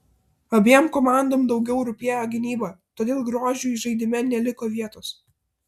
abiem komandom daugiau rūpėjo gynyba todėl grožiui žaidime neliko vietos